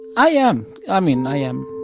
i am. i mean, i am.